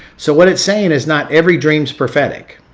so what it's saying is not every dream's prophetic,